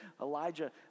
Elijah